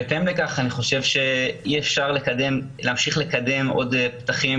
בהתאם לכך אני חושב שאי-אפשר להמשיך לקדם עוד פתחים